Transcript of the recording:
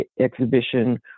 exhibition